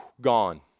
gone